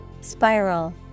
Spiral